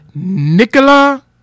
Nicola